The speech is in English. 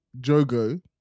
Jogo